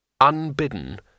Unbidden